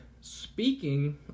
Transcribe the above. Speaking